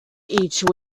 each